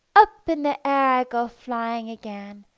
up in the air i go flying again,